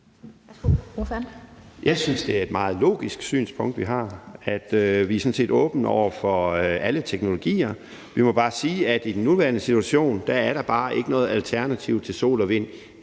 Jeg synes, det er et meget logisk synspunkt, vi har, altså at vi sådan set er åbne over for alle teknologier. Vi må bare sige, at i den nuværende situation er der ikke noget alternativ til sol- og